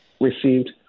received